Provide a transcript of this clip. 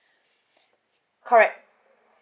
correct